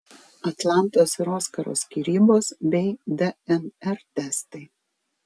atlantos ir oskaro skyrybos bei dnr testai